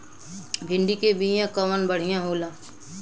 भिंडी के बिया कवन बढ़ियां होला?